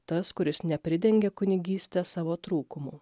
tas kuris nepridengia kunigyste savo trūkumų